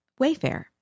Wayfair